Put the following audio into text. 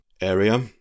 area